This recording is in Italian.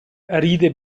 ride